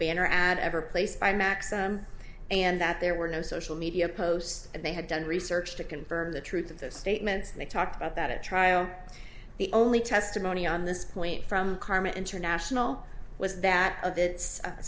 banner ad ever placed by maxim and that there were no social media posts and they had done research to confirm the truth of those statements and they talked about that at trial the only testimony on this point from carmen international was that